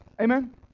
Amen